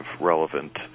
relevant